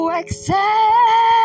accept